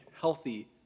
healthy